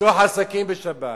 לפתוח עסקים בשבת,